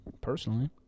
personally